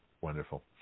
Wonderful